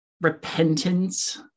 repentance